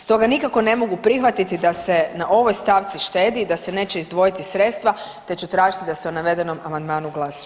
Stoga nikako ne mogu prihvatiti da se na ovoj stavci štedi i da se neće izdvojiti sredstva te ću tražiti da se o navedenom amandmanu glasuje.